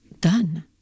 done